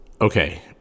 okay